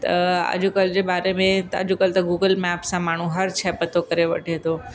त अॼकल्ह जे बारे में त अॼकल्ह त गूगल मैप सां माण्हू हर शइ पतो करे वठे थो